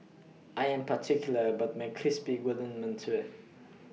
I Am particular about My Crispy Golden mantou